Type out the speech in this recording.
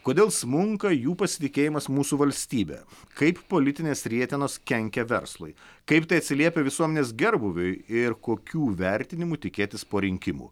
kodėl smunka jų pasitikėjimas mūsų valstybe kaip politinės rietenos kenkia verslui kaip tai atsiliepia visuomenės gerbūviui ir kokių vertinimų tikėtis po rinkimų